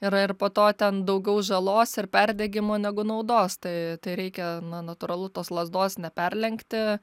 yra ir poto ten daugiau žalos ir perdegimo negu naudos tai tai reikia na natūralu tos lazdos neperlenkti